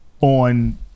on